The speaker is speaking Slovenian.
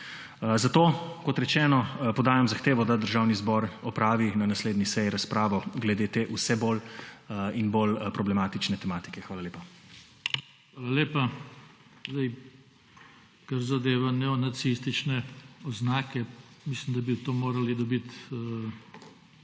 Zato, kot rečeno, podajam zahtevo, da Državni zbor opravi na naslednji seji razpravo glede te vse bolj in bolj problematične tematike. Hvala lepa. PODPREDSEDNIK JOŽE TANKO: Hvala lepa. Kar zadeva neonacistične oznake, mislim, da bi to morali dobiti